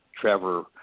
Trevor